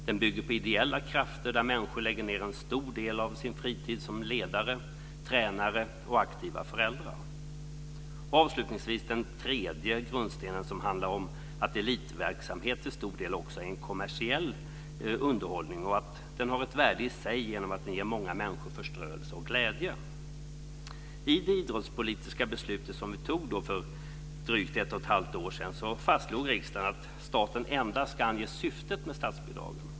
Den bygger på ideella krafter, på människor som lägger ned en stor del av sin fritid som ledare, tränare och aktiva föräldrar. Den tredje grundstenen, avslutningsvis, handlar om att elitverksamhet till stor del också är en kommersiell underhållning och har ett värde i sig genom att den ger många människor förströelse och glädje. I det idrottspolitiska beslut som vi tog för drygt ett och ett halvt år sedan fastslog riksdagen att staten endast kan ge syftet med statsbidragen.